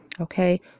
okay